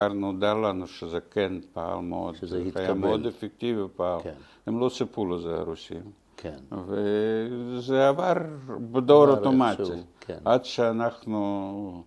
‫כבר נודע לנו שזה כן פעל מאוד, ‫שזה היה מאוד אפקטיבי פעל. ‫הם לא ציפו לזה, הרוסים. ‫-כן. ‫וזה עבר בדואר אוטומציה, ‫עד שאנחנו...